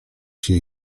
się